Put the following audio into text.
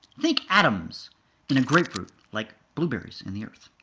think atoms in a grapefruit like blueberries in the earth.